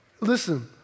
listen